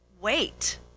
wait